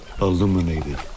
illuminated